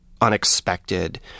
unexpected